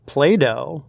Play-Doh